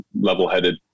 level-headed